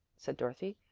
said dorothy.